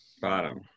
bottom